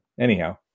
anyhow